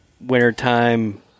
wintertime